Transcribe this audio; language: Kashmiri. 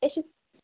أسۍ چھِ